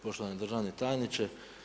Poštovani državni tajniče.